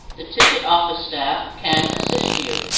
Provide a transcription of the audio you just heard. the ticket office staff can assist you.